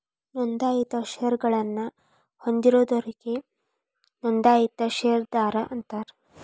ನೋಂದಾಯಿತ ಷೇರಗಳನ್ನ ಹೊಂದಿದೋರಿಗಿ ನೋಂದಾಯಿತ ಷೇರದಾರ ಅಂತಾರ